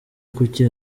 kuki